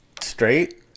straight